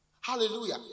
hallelujah